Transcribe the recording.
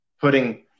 Putting